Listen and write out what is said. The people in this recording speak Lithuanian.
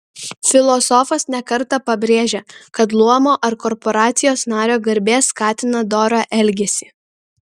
filosofas ne kartą pabrėžia kad luomo ar korporacijos nario garbė skatina dorą elgesį